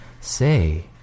say